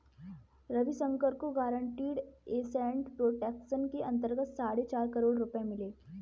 रविशंकर को guaranteed asset protection के अंतर्गत साढ़े चार करोड़ रुपये मिले